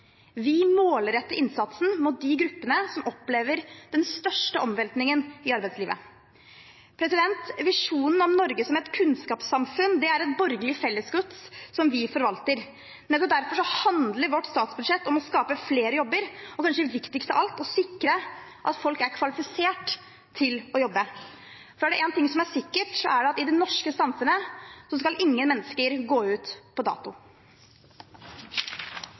Vi målretter innsatsen mot de gruppene som opplever den største omveltningen i arbeidslivet. Visjonen om Norge som et kunnskapssamfunn er borgerlig fellesgods som vi forvalter. Nettopp derfor handler vårt statsbudsjett om å skape flere jobber og – kanskje viktigst av alt – å sikre at folk er kvalifisert til å jobbe, for er det én ting som er sikkert, er det at i det norske samfunnet skal ingen mennesker gå ut på dato.